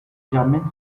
germaine